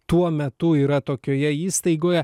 tuo metu yra tokioje įstaigoje